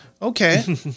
Okay